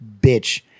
bitch